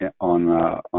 on